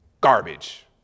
Garbage